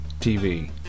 TV